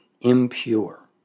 impure